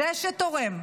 זה שתורם,